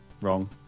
Wrong